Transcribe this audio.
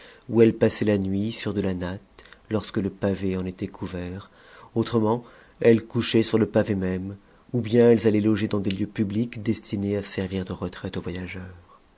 où elles passaient la nuit sur de la natte lorsque le pavé en était couvert autrement elles couchaient sur le pavé même ou bien elles allaient loger dans les lieux publics destinés à servir de rc traite aux voyageurs